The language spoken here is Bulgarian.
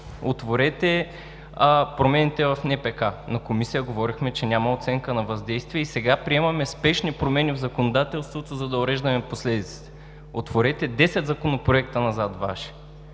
Отворете промените в НПК. В Комисията говорихме, че няма оценка на въздействие и сега приемаме спешни промени в законодателството, за да уреждаме последиците. Отворете Ваши десет законопроекта назад.